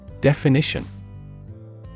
Definition